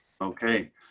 Okay